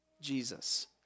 Jesus